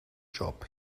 job